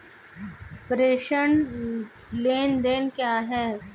प्रेषण लेनदेन क्या है?